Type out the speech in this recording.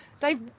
Dave